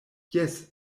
jes